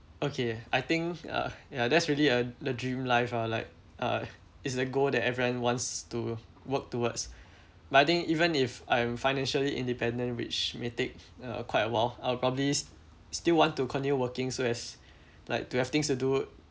okay I think uh ya that's really uh the dream life ah like uh it's the goal that everyone wants to work towards but I think even if I'm financially independent which may take uh quite a while I'll probably still want to continue working so as like to have things to do